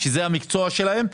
שזה המקצוע שלהם.